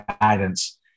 guidance